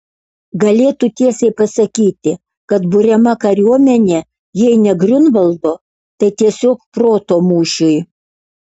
galėtų tiesiai pasakyti kad buriama kariuomenė jei ne griunvaldo tai tiesiog proto mūšiui